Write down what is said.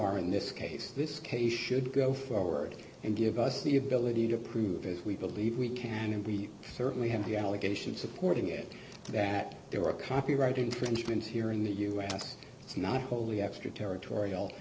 are in this case this case should go forward and give us the ability to prove as we believe we can and we certainly have the obligation supporting it so that there were copyright infringements here in the u s it's not wholly extraterritorial